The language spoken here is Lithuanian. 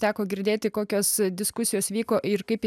teko girdėti kokios diskusijos vyko ir kaip